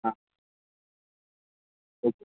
हां ओके